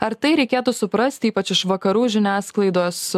ar tai reikėtų suprasti ypač iš vakarų žiniasklaidos